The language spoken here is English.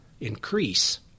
increase